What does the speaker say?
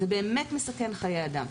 זה באמת מסכן חיי אדם.